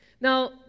Now